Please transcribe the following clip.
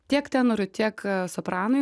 tiek tenorui tiek a sopranui